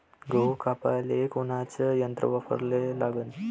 गहू कापाले कोनचं यंत्र वापराले लागन?